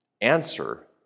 Answer